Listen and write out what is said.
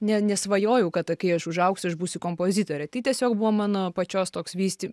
ne nesvajojau kad kai aš užaugsiu aš būsiu kompozitorė tai tiesiog buvo mano pačios toks vysti